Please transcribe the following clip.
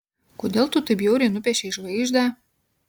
kodėl tu taip bjauriai nupiešei žvaigždę